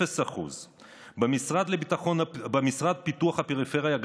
0%; במשרד לפיתוח הפריפריה,